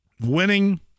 winning